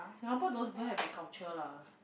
singapore don't don't have that culture lah